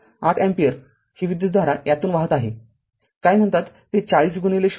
८ ampere ही विद्युतधारा यातून वाहत आहे काय कॉल ते ४००